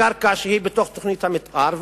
קרקע שהיא בתוך תוכנית המיתאר,